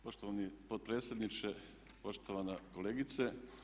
Poštovani potpredsjedniče, poštovana kolegice.